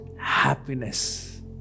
happiness